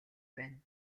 байна